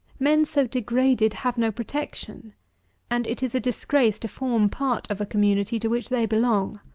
men so degraded have no protection and it is a disgrace to form part of a community to which they belong.